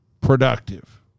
productive